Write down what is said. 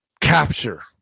capture